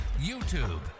youtube